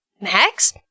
Max